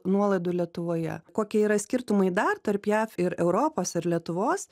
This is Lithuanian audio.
nuolaidų lietuvoje kokie yra skirtumai dar tarp jav ir europos ir lietuvos